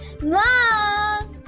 Mom